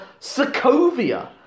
Sokovia